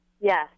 Yes